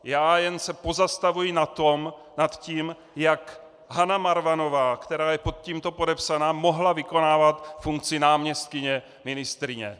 Já jen se pozastavuji nad tím, jak Hana Marvanová, která je pod tímto podepsaná, mohla vykonávat funkci náměstkyně ministryně.